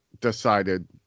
decided